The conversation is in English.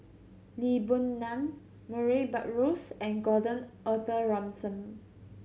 Lee Boon Ngan Murray Buttrose and Gordon Arthur Ransome